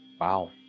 Wow